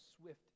swift